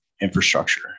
infrastructure